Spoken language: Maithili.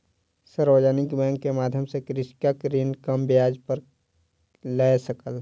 सार्वजानिक बैंक के माध्यम सॅ कृषक ऋण कम ब्याज पर लय सकल